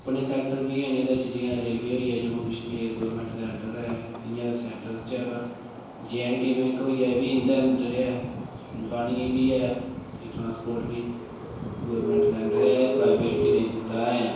अपने सैक्टर बी एह्दे अंडर जि'यां रेलवे होई गेआ इ'यां ते सैंटर बिच ऐ जेऐंडके बैंक बी इं'दे अंडर गै ट्रांसपोर्ट बी 'इंदे अंडर ऐ अजें प्राइवेट ऐ